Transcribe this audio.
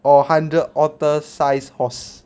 or hundred otter sized horse